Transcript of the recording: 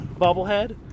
bobblehead